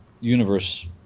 universe